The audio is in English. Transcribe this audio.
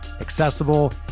accessible